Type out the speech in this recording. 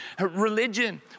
religion